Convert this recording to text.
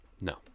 No